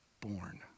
born